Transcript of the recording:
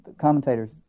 commentators